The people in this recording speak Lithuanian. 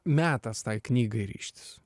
metas tai knygai ryžtis